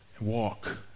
walk